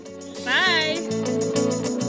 Bye